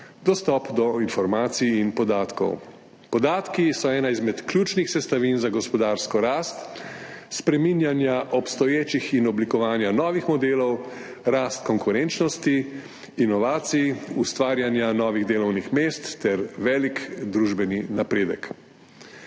Dostop do informacij in podatkov. Podatki so ena izmed ključnih sestavin za gospodarsko rast, spreminjanje obstoječih in oblikovanje novih modelov, rast konkurenčnosti, inovacij, ustvarjanje novih delovnih mest ter velik družbeni napredek.